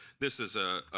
this is a